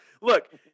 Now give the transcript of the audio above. Look